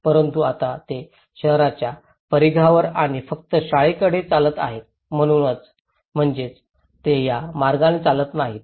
परंतु आता ते शहराच्या परिघावर आणि फक्त शाळेकडे चालत आहेत म्हणजेच ते या मार्गाने चालत नाहीत